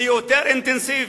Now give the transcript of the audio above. ליותר אינטנסיבי,